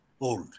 old